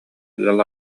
ыал